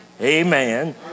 Amen